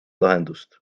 lahendust